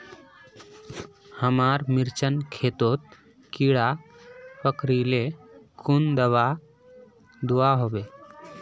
हमार मिर्चन खेतोत कीड़ा पकरिले कुन दाबा दुआहोबे?